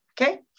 okay